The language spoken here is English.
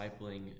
discipling